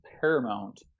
paramount